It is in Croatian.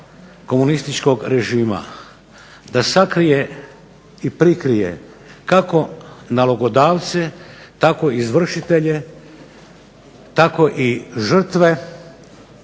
komunističkog režima. Da sakrije i prikrije kako nalogodavce tako i izvršitelje, tako i žrtve